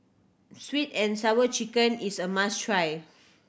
Sweet And Sour Chicken is a must try